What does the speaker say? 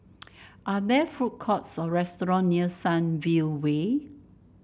are there food courts or restaurant near Sunview Way